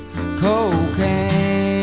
Cocaine